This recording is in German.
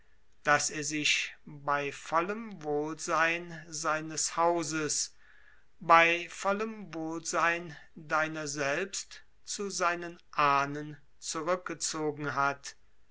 daß er sich bei vollem wohlsein seines hauses bei vollem wohlsein deiner selbst zu seinen ahnen zurückgezogen hat